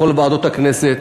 בכל ועדות הכנסת,